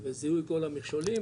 וזיהוי כל המכשולים,